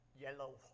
Yellow